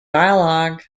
dialogue